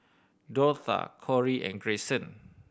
Dortha Kori and Greyson